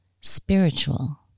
spiritual